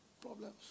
Problems